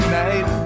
night